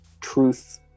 truth